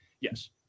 yes